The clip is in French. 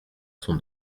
son